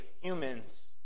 humans